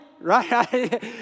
right